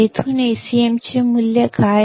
येथून Acm चे मूल्य काय आहे